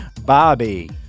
Bobby